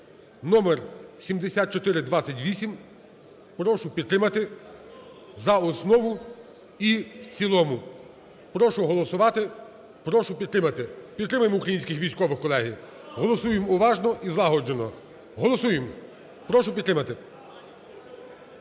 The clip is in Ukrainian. (№7428). Прошу підтримати за основу і в цілому. Прошу голосувати, прошу підтримати, підтримаємо українських військових, колеги. Голосуємо уважно і злагоджено. Голосуємо, прошу підтримати.